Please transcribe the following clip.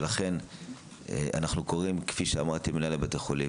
ולכן אנחנו קוראים למנהלי בתי חולים